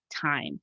time